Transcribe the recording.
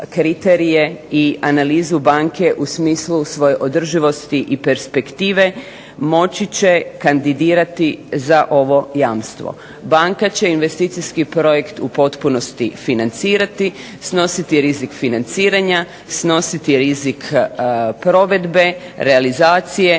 i analizu banke u smislu svoje održivosti i perspektive moći će kandidirati za ovo jamstvo. Banka će investicijski projekt u potpunosti financirati, snositi rizik financiranja, snositi rizik provedbe, realizacije